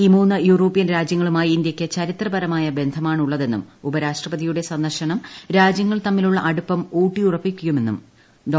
ഈ മൂന്ന് യൂറോപ്യൻ രാജ്യങ്ങളുമായി ഇന്ത്യയ്ക്ക് ചരിത്രപരമായ ബന്ധമാണുള്ളതെന്നും ഉപരാഷ്ട്രപതിയുടെ സന്ദർശനം രാജ്യങ്ങൾ തമ്മിലുള്ള അടുപ്പം ഊട്ടിയുറപ്പിക്കുമെന്നും ഡോ